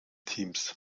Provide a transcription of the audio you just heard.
teams